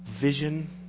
vision